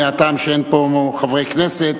מהטעם שאין פה חברי כנסת